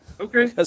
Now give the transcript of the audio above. Okay